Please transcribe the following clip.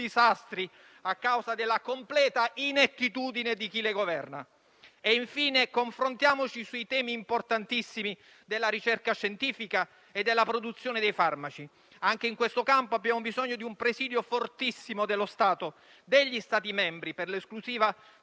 disastri a causa della completa inettitudine di chi le governa. Infine, confrontiamoci sui temi importantissimi della ricerca scientifica e della produzione dei farmaci; anche in questo campo abbiamo bisogno di un presidio fortissimo dello Stato, degli Stati membri per l'esclusiva